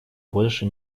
больше